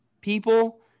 people